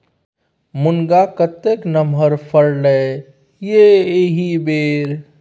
मुनगा कतेक नमहर फरलै ये एहिबेर